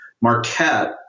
Marquette